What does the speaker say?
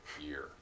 Year